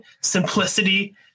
simplicity